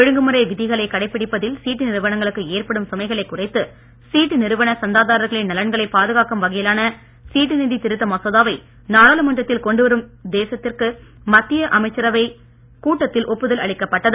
ஒழுங்குழுறை விதிகளை கடைப்பிடிப்பதில் சீட்டு நிறுவனங்களுக்கு ஏற்படும் சுமைகளை குறைத்து சீட்டு நிறுவன சந்தாதாரர்களின் நலன்களைப் பாதுகாக்கும் வகையிலான சீட்டு நிதி திருத்த மசோதாவை நாடாளுமன்றத்தில் கொண்டு வரும் தேசத்திற்கும் மத்திய அமைச்சரவை கூட்டத்தில் ஒப்புதல் அளிக்கப்பட்டது